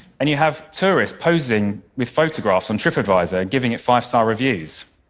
and you have tourists posing with photographs on tripadvisor, giving it five-star reviews.